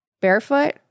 Barefoot